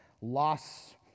loss